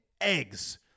eggs